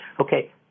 Okay